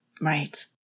Right